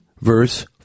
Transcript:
verse